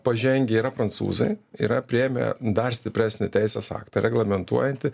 pažengę yra prancūzai yra priėmę dar stipresnį teisės aktą reglamentuojantį